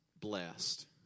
blessed